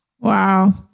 Wow